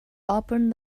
opened